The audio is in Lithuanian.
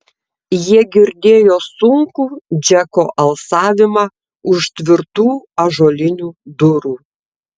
jie girdėjo sunkų džeko alsavimą už tvirtų ąžuolinių durų